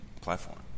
platform